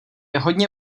hodně